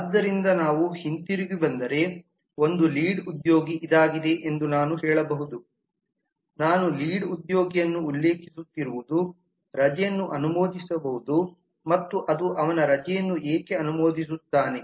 ಆದ್ದರಿಂದ ನಾವು ಹಿಂತಿರುಗಿ ಬಂದರೆ ಒಂದು ಲೀಡ್ ಉದ್ಯೋಗಿ ಇದಾಗಿದೆ ಎಂದು ನಾನು ಹೇಳಬಹುದು ನಾನು ಲೀಡ್ ಉದ್ಯೋಗಿಯನ್ನು ಉಲ್ಲೇಖಿಸುತ್ತಿರುವುದು ರಜೆಯನ್ನು ಅನುಮೋದಿಸಬಹುದು ಮತ್ತು ಅದು ಅವನ ರಜೆಯನ್ನು ಏಕೆ ಅನುಮೋದಿಸುತ್ತಾನೆ